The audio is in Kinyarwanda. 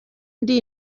ndi